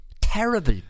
terrible